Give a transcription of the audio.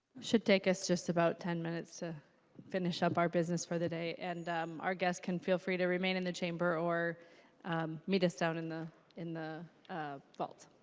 should take us just about ten minutes to finish of our business for the day and i guess can feel free to remain in the chamber or meet us down in the in the vault.